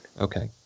Okay